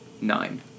Nine